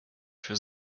für